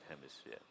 hemisphere